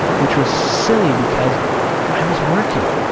which was silly because i was working,